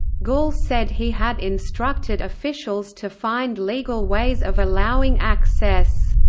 gul said he had instructed officials to find legal ways of allowing access.